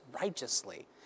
righteously